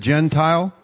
Gentile